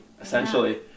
essentially